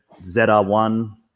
zr1